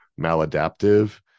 maladaptive